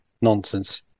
nonsense